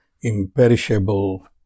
imperishable